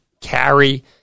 carry